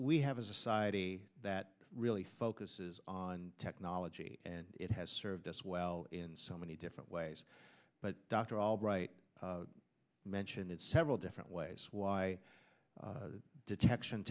we have a society that really focuses on technology and it has served us well in so many different ways but dr albright mentioned it several different ways why detection